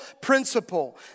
principle